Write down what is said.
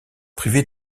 privé